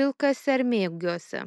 pilkasermėgiuose